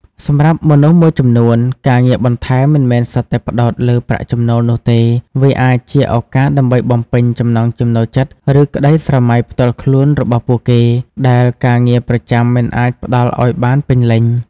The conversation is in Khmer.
សម្រាប់មនុស្សមួយចំនួន ការងារបន្ថែមមិនមែនសុទ្ធតែផ្តោតលើប្រាក់ចំណូលនោះទេ វាអាចជាឱកាសដើម្បីបំពេញចំណង់ចំណូលចិត្ត ឬក្តីស្រមៃផ្ទាល់ខ្លួនរបស់ពួកគេ ដែលការងារប្រចាំមិនអាចផ្តល់ឱ្យបានពេញលេញ។